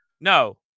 no